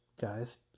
guys